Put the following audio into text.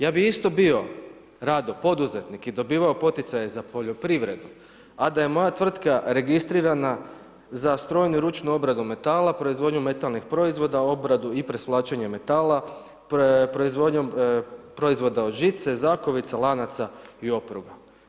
Ja bih isto bio rado poduzetnik i dobivao poticaje za poljoprivredu a da je moja tvrtka registrirana za strojnu i ručnu obradu metala, proizvodnju metalnih proizvoda, obradu i presvlačenje metala, proizvodnjom proizvoda od žice, zakovica, lanaca i opruga.